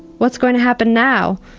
what's going to happen now?